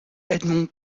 edmond